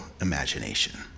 imagination